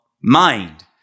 mind